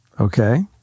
Okay